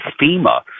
FEMA